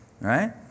right